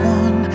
one